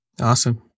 awesome